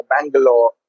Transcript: Bangalore